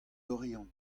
oriant